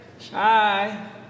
Hi